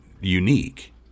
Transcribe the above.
unique